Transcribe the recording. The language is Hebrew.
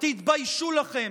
תתביישו לכם.